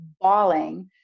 bawling